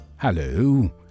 Hello